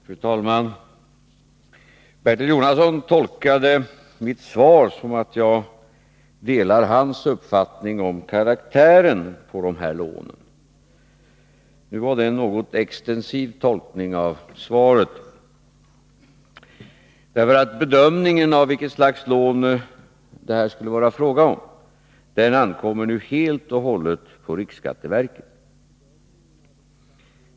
Fru talman! Bertil Jonasson tolkade mitt svar så att jag delar hans uppfattning om karaktären på de här lånen. Det var nu en något extensiv tolkning av svaret. Bedömningen av vilket slags lån det här skulle vara fråga om ankommer nu helt och hållet på riksskatteverket.